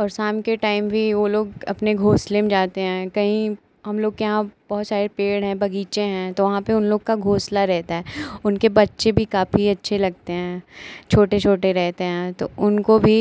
और शाम के टाइम भी वह लोग अपने घोंसले में जाते हैं कहीं हमलोग के यहाँ बहुत सारे पेड़ हैं बगीचे हैं तो वहाँ पह उन लोग का घोंसला रहता है उनके बच्चे भी काफ़ी अच्छे लगते हैं छोटे छोटे रहते हैं तो उनको भी